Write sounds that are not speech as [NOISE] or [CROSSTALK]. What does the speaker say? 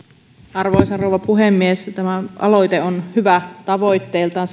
arvoisa rouva puhemies tämä aloite on hyvä tavoitteiltaan [UNINTELLIGIBLE]